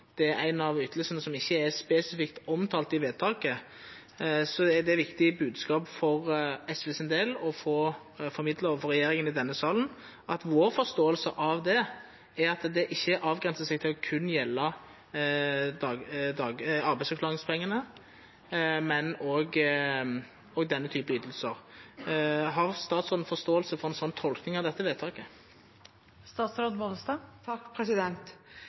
det er en av ytelsene som ikke er spesifikt omtalt i vedtaket. For SVs del er det et viktig budskap å få formidlet overfor regjeringen i denne salen at vår forståelse er at det ikke avgrenser seg til kun å gjelde arbeidsavklaringspengene, men også denne typen ytelser. Har statsråden forståelse for en sånn tolkning av dette